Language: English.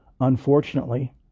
Unfortunately